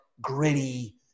gritty